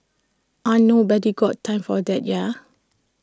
aren't nobody's got time for that ya